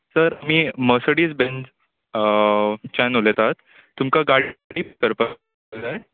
sir आमी Mercedes Benz च्यान उलयतात तुमकां गाडी जाय